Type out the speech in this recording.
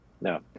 no